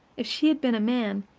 if she had been a man,